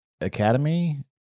Academy